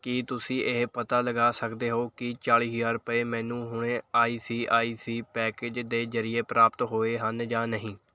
ਕੀ ਤੁਸੀਂਂ ਇਹ ਪਤਾ ਲਗਾ ਸਕਦੇ ਹੋ ਕਿ ਚਾਲੀ ਹਜ਼ਾਰ ਰੁਪਏ ਮੈਨੂੰ ਹੁਣੇ I C I C package ਦੇ ਜ਼ਰੀਏ ਪ੍ਰਾਪਤ ਹੋਏ ਹਨ ਜਾਂ ਨਹੀਂ